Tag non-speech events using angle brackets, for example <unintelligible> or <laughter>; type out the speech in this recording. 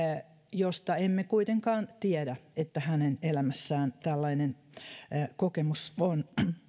josta emme kuitenkaan tiedä että <unintelligible> <unintelligible> <unintelligible> hänen elämässään tällainen kokemus on